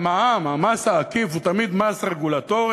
והמע"מ, המס העקיף הוא תמיד מס רגולטורי,